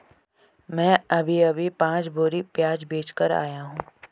मैं अभी अभी पांच बोरी प्याज बेच कर आया हूं